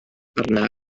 arna